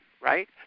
right